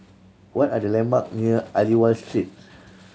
what are the landmark near Aliwal Street